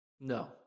No